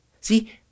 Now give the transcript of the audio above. See